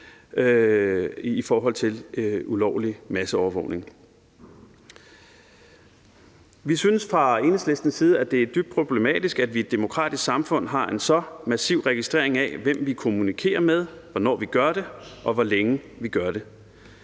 i forhold til ulovlig masseovervågning. Vi synes fra Enhedslistens side, at det er dybt problematisk, at vi i et demokratisk samfund har en så massiv registrering af, hvem vi kommunikerer med, hvornår vi gør det, og hvor længe vi gør det.